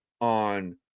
on